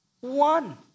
one